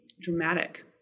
dramatic